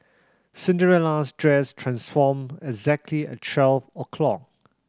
Cinderella's dress transformed exactly at twelve o' clock